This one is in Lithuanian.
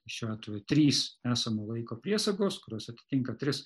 šiuo atveju trys esamo laiko priesagos kurios atitinka tris